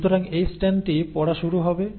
সুতরাং এই স্ট্র্যান্ডটি পড়া শুরু হবে